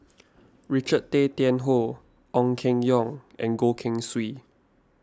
Richard Tay Tian Hoe Ong Keng Yong and Goh Keng Swee